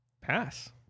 Pass